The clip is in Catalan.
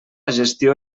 gestió